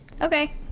okay